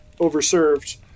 overserved